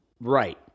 right